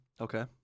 okay